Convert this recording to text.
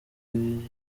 ibi